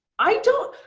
i don't.